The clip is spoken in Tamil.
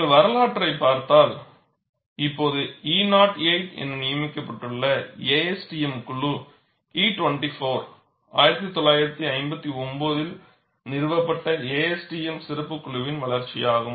நீங்கள் வரலாற்றைப் பார்த்தால் இப்போது E 08 என நியமிக்கப்பட்டுள்ள ASTM குழு E 24 1959 இல் நிறுவப்பட்ட ASTM சிறப்புக் குழுவின் வளர்ச்சியாகும்